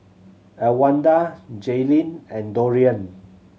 Elwanda Jayleen and Dorian